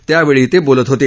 त्यावेळी ते बोलत होते